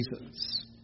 Jesus